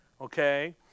Okay